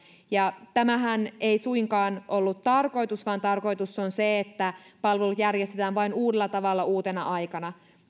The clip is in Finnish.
ja tämähän ei suinkaan ollut tarkoitus vaan tarkoitus on se että palvelut järjestetään vain uudella tavalla uutena aikana